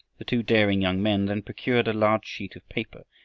the two daring young men then procured a large sheet of paper,